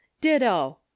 ditto